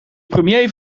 premier